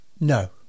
No